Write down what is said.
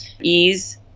ease